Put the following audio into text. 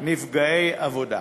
נפגעי עבודה.